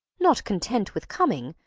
not content with coming,